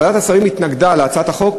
ועדת השרים התנגדה להצעת החוק,